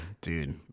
dude